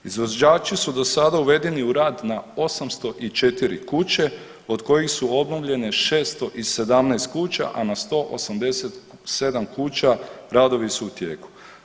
Izvođači su do sada uvedeni u rad na 804 kuće od kojih su obnovljene 617 kuća, a na 187 kuća radovi su u tijeku.